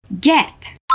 get